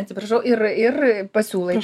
atsiprašau ir ir pasiūlai